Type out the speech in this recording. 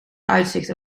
uitzicht